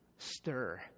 stir